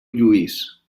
lluís